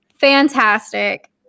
Fantastic